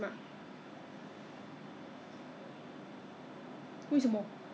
then 你是讲说 within that period err whatever membership 的那个 period you can buy anything you want